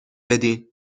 بدین